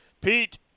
Pete